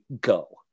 go